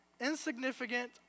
insignificant